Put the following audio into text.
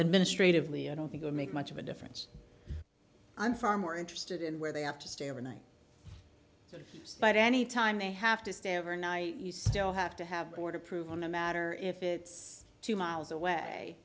administratively i don't think will make much of a difference i'm far more interested in where they have to stay overnight but any time they have to stay overnight you still have to have board approval no matter if it's two miles away